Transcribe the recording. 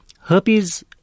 Herpes